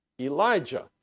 Elijah